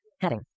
heading